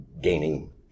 gaining